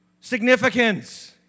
significance